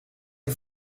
een